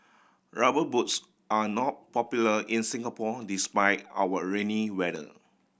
Rubber Boots are not popular in Singapore despite our rainy weather